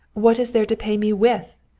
what is there to pay me with?